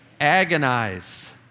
Agonize